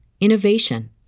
innovation